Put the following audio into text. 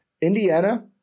Indiana